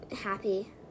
happy